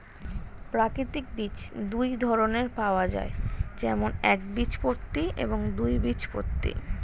প্রাকৃতিক বীজ দুই ধরনের পাওয়া যায়, যেমন একবীজপত্রী এবং দুই বীজপত্রী